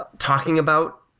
ah talking about